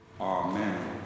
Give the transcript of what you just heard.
Amen